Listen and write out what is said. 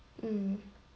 mm